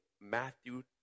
Matthew